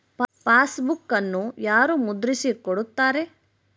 ಪಾಸ್ಬುಕನ್ನು ಯಾರು ಮುದ್ರಿಸಿ ಕೊಡುತ್ತಾರೆ?